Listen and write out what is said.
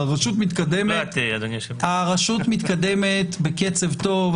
הרשות מתקדמת בקצב טוב.